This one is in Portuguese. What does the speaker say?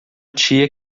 tia